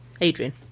Adrian